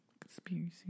Conspiracy